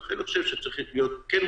לכן, אני חושב שכן צריכים להיות מוכנים.